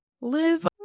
live